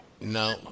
No